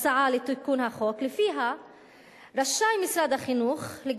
הצעה לתיקון החוק שלפיה משרד החינוך רשאי